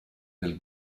del